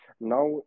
now